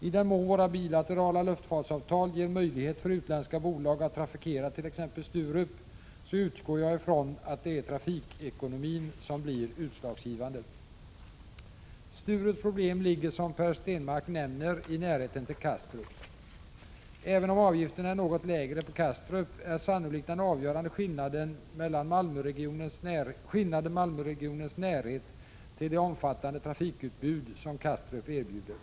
I den mån våra bilaterala luftfartsavtal ger möjlighet för utländska bolag att trafikera t.ex. Sturup utgår jag från att det är trafikekonomin som blir utslagsgivande. Sturups problem ligger, som Per Stenmarck nämner, i dess närhet till Kastrup. Även om avgifterna är något lägre på Kastrup är sannolikt den avgörande skillnaden Malmöregionens närhet till det omfattande trafikutbud som Kastrup erbjuder.